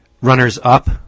runners-up